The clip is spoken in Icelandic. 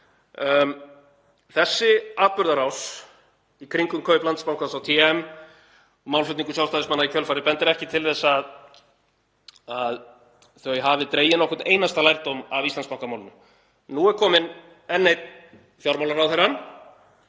Þessi atburðarás í kringum kaup Landsbankans á TM og málflutningur Sjálfstæðismanna í kjölfarið bendir ekki til að þau hafi dregið nokkurn einasta lærdóm af Íslandsbankamálinu. Nú er kominn enn einn fjármálaráðherrann,